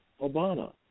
Obama